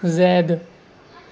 زید